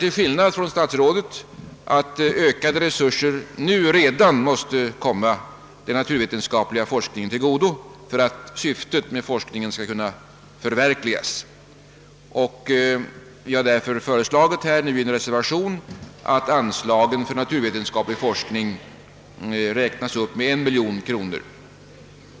Till skillnad från statsrådet anser jag att ökade resurser redan nu måste ges den naturvetenskapliga forskningen, så att syftet med den forskningen kan förverkligas. Därför har vi i en reservation föreslagit att anslaget till naturvetenskaplig forskning räknas upp med 1 miljon kronor.